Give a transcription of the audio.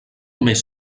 més